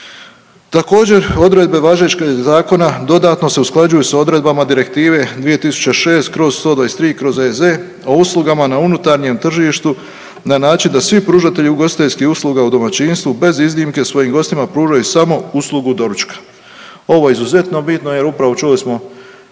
Također odredbe važećeg Zakona dodatno se usklađuju sa odredbama Direktive 2006/123/EZ o uslugama na unutarnjem tržištu na način da svi pružatelji ugostiteljskih usluga u domaćinstvu bez iznimke svojim gostima pružaju samo uslugu doručka. Ovo je izuzetno bitno, jer upravo čuli smo